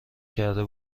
کرده